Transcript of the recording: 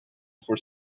for